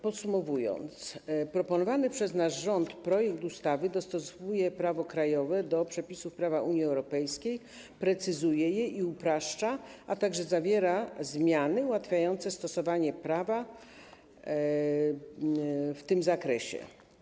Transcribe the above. Podsumowując, chcę powiedzieć, że proponowany przez nasz rząd projekt ustawy dostosowuje prawo krajowe do przepisów prawa Unii Europejskiej, precyzuje je i upraszcza, a także zawiera zmiany ułatwiające stosowanie prawa w tym zakresie.